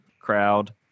crowd